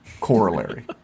corollary